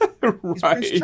Right